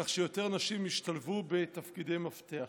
כך שיותר נשים ישתלבו בתפקידי מפתח.